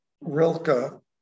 Rilke